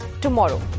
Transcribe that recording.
tomorrow